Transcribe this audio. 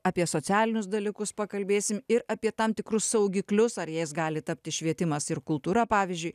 apie socialinius dalykus pakalbėsim ir apie tam tikrus saugiklius ar jais gali tapti švietimas ir kultūra pavyzdžiui